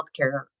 healthcare